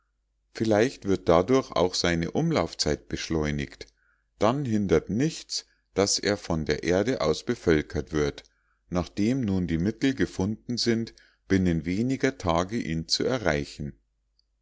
vielleicht wird dadurch auch seine umlaufszeit beschleunigt dann hindert nichts daß er von der erde aus bevölkert wird nachdem nun die mittel gefunden sind binnen weniger tage ihn zu erreichen